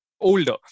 older